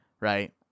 right